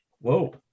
Whoa